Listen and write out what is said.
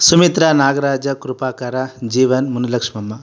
Sumitra Nagaraja Kripakara Jeevana Munilakshmamma